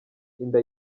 inda